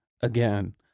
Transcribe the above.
Again